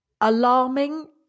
alarming